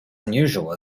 unusual